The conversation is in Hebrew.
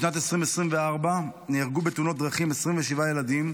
בשנת 2024 נהרגו בתאונות דרכים 27 ילדים,